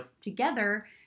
together